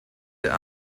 der